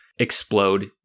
explode